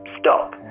Stop